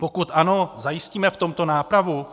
Pokud ano, zajistíme v tomto nápravu?